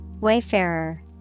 Wayfarer